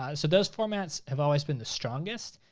ah so those formats have always been the strongest,